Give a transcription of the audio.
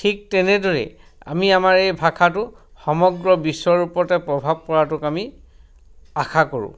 ঠিক তেনেদৰে আমি আমাৰ এই ভাষাটো সমগ্ৰ বিশ্বৰ ওপৰতে প্ৰভাৱ পৰাটোক আমি আশা কৰোঁ